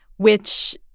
which,